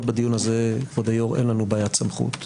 בדיון הזה כבוד היושב-ראש אין לנו בעיית סמכות.